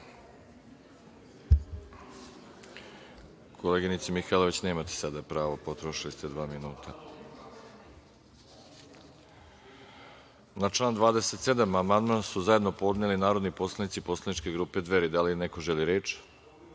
Koleginice Mihajlović, nemate sada pravo. Potrošili ste dva minuta. Na član 27. amandman su zajedno podneli narodni poslanici poslaničke grupe Dveri. Da li neko želi reč?